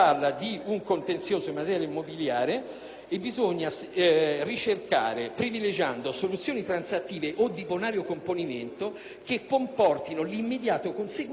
immobiliare privilegiando soluzioni transattive o di bonario componimento che comportino l'immediato conseguimento di un apprezzabile risultato economico».